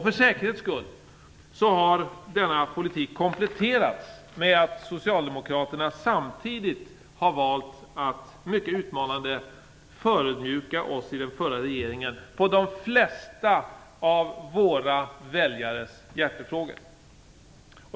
För säkerhets skull har denna politik kompletterats med att Socialdemokraterna samtidigt har valt att mycket utmanande förödmjuka oss i den förra regeringen i de flesta av våra väljares hjärtefrågor.